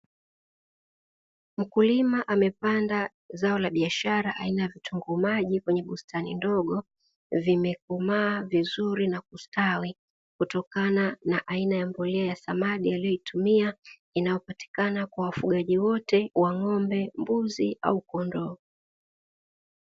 Mkulima amepanda zao la biashara aina ya vitunguu maji kwenye bustani ndogo vimekomaa vizuri na kustawi, kutokana na aina ya mbolea ya samadi alioitumia inayopatikana kwa wafugaji wote wa ng'ombe, mbuzi au kondoo.